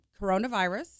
coronavirus